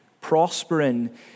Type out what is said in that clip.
prospering